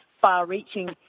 far-reaching